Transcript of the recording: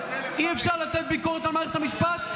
אי-אפשר לתת ביקורת על מערכת המשפט,